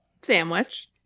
sandwich